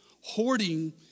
Hoarding